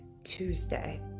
Tuesday